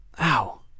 Ow